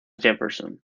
jefferson